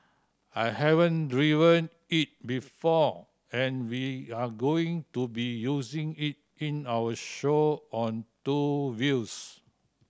I haven't driven it before and we're going to be using it in our show on two wheels